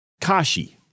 Kashi